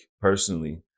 personally